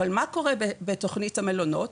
אבל מה קורה בתוכנית המלונות?